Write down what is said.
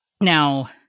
Now